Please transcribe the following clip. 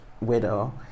widow